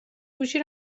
گوشی